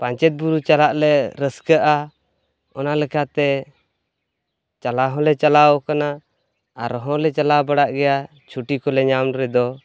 ᱯᱟᱧᱪᱮᱛ ᱵᱩᱨᱩ ᱪᱟᱞᱟᱜᱞᱮ ᱨᱟᱹᱥᱠᱟᱹᱼᱟ ᱚᱱᱟᱞᱮᱠᱟᱛᱮ ᱪᱟᱞᱟᱣᱦᱚᱸ ᱞᱮ ᱪᱟᱞᱟᱣ ᱠᱟᱱᱟ ᱟᱨᱦᱚᱸᱞᱮ ᱪᱟᱞᱟᱣ ᱵᱟᱲᱟᱜ ᱜᱮᱭᱟ ᱪᱷᱩᱴᱤᱠᱚ ᱞᱮ ᱧᱟᱢ ᱨᱮᱫᱚ